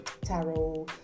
tarot